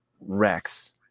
Rex